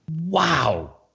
wow